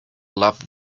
love